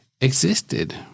existed